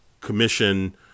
commission